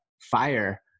fire